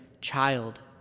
Child